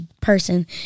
person